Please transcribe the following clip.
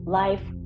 life